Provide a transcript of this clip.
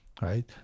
right